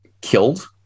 killed